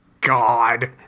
God